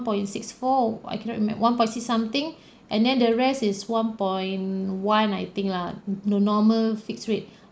point six four I cannot remember one point six something and then the rest is one point one I think lah the normal fixed rate